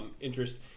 interest